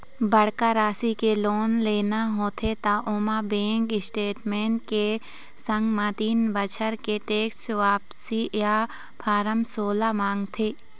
बड़का राशि के लोन लेना होथे त ओमा बेंक स्टेटमेंट के संग म तीन बछर के टेक्स वापसी या फारम सोला मांगथे